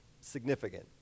significant